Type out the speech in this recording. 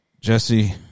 Jesse